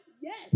Yes